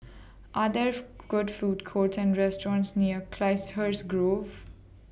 Are There Good Food Courts Or restaurants near Chiselhurst Grove